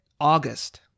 August